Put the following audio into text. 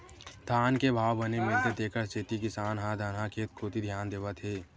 धान के भाव बने मिलथे तेखर सेती किसान ह धनहा खेत कोती धियान देवत हे